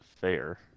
Fair